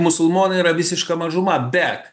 musulmonai yra visiška mažuma bet